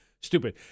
Stupid